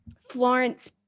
Florence